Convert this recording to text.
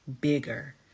bigger